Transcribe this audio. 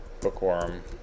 bookworm